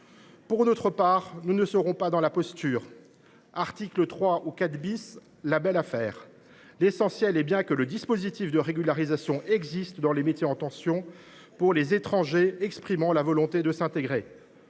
Pour notre part, nous ne serons pas dans la posture : article 3 ou 4 , la belle affaire ! L’essentiel est bien que le dispositif de régularisation existe dans les métiers en tension pour les étrangers exprimant la volonté de s’intégrer.